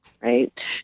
right